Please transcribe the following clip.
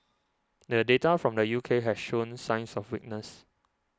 the data from the U K has shown signs of weakness